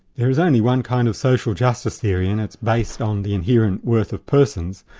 there is only one kind of social justice here and it's based on the inherent worth of persons,